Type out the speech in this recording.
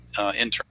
intern